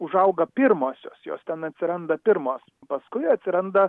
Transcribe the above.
užauga pirmosios jos ten atsiranda pirmos paskui atsiranda